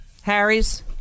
Harry's